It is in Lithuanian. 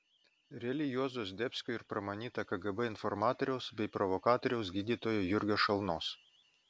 reali juozo zdebskio ir pramanyta kgb informatoriaus bei provokatoriaus gydytojo jurgio šalnos